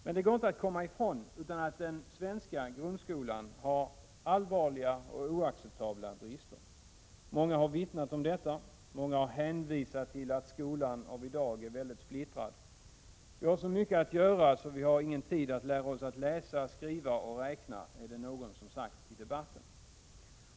Men det går inte att komma ifrån att den svenska grundskolan har allvarliga och oacceptabla brister. Många har vittnat om dessa och har hänvisat till att skolan av i dag är mycket splittrad. Vi har så mycket att göra att vi inte har någon tid att lära oss att läsa, skriva och räkna, har någon sagt i debatten.